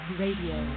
radio